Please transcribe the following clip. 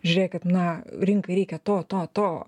žiūrėkit na rinkai reikia to to to